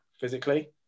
physically